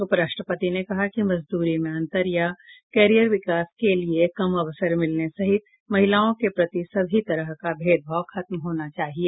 उपराष्ट्रपति ने कहा कि मजदूरी में अंतर या कैरियर विकास के लिए कम अवसर मिलने सहित महिलाओं के प्रति सभी तरह का भेदभाव खत्म होना चाहिए